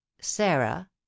sarah